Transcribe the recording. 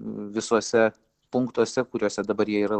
visuose punktuose kuriuose dabar jie yra